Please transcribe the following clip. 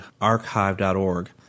archive.org